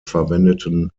verwendeten